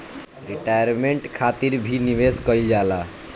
retirement खातिर भी निवेश कईल जाला